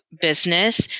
business